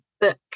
book